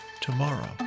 tomorrow